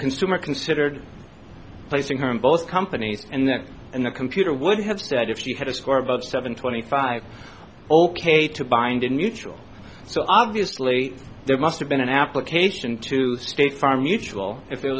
consumer considered placing her in both companies and that and the computer would have said if she had a score of about seven twenty five all kate to bind in neutral so obviously there must have been an application to state farm mutual